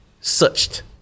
searched